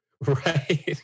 right